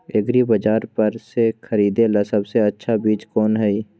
एग्रिबाजार पर से खरीदे ला सबसे अच्छा चीज कोन हई?